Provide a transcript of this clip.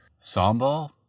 sambal